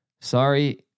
Sorry